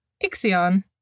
Ixion